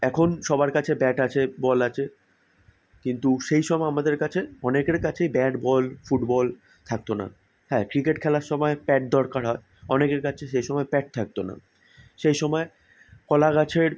এখন সবার কাছে ব্যাট আছে বল আছে কিন্তু সেই সময় আমাদের কাছে অনেকের কাছেই ব্যাট বল ফুটবল থাকতো না হ্যাঁ ক্রিকেট খেলার সময় প্যাড দরকার হয় অনেকের কাছে সেই সময় প্যাড থাকতো না সেই সময় কলা গাছের